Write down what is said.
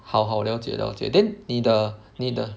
好好了解了解 then 你的你的